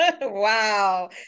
Wow